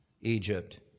Egypt